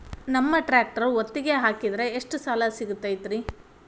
ನಮ್ಮ ಟ್ರ್ಯಾಕ್ಟರ್ ಒತ್ತಿಗೆ ಹಾಕಿದ್ರ ಎಷ್ಟ ಸಾಲ ಸಿಗತೈತ್ರಿ?